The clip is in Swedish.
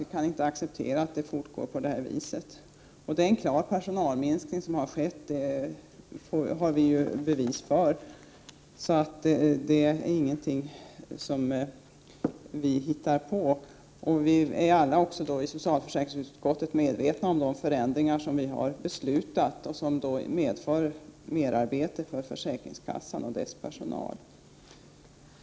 Vi kan inte acceptera att det fortgår på det här viset. Vi har bevis för att det har skett en klar personalminskning — det är alltså inte något som vi hittar på. Vi är alla inom socialförsäkringsutskottet medvetna om att de förändringar som vi har beslutat medför merarbete för försäkringskassans personal.